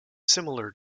similar